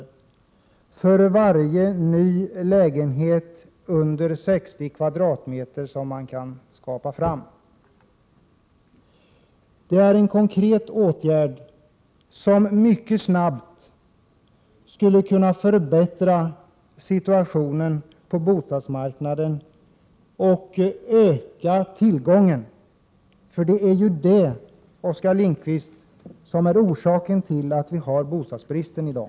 för varje ny lägenhet under 60 m? som man kan ta fram? Det är en konkret åtgärd som mycket snabbt skulle kunna förbättra situationen på bostadsmarknaden och öka tillgången. Det är ju den bristande tillgången, Oskar Lindkvist, som är orsaken till att vi har bostadsbrist i dag.